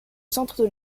centre